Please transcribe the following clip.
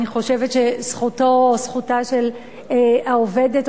אני חושבת שזכותה של העובדת,